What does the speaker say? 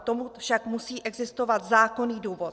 K tomu však musí existovat zákonný důvod.